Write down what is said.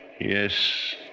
Yes